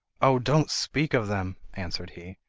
oh! don't speak of them answered he.